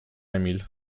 emil